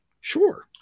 Sure